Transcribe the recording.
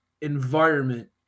environment